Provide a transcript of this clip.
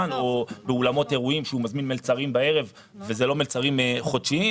או באולמות אירועים הוא מזמין מלצרים בערב ואלה לא מלצרים חודשיים